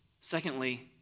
Secondly